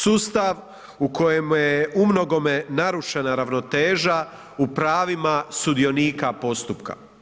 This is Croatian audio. Sustav u kojemu je umnogome narušena ravnoteža u pravima sudionika postupka.